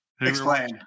Explain